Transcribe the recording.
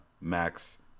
Max